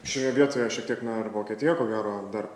šioje vietoje šiek tiek na ir vokietija ko gero dar